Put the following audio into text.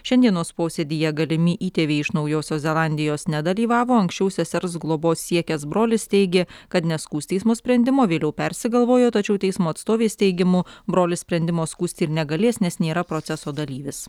šiandienos posėdyje galimi įtėviai iš naujosios zelandijos nedalyvavo anksčiau sesers globos siekęs brolis teigė kad neskųs teismo sprendimo vėliau persigalvojo tačiau teismo atstovės teigimu brolis sprendimo skųsti ir negalės nes nėra proceso dalyvis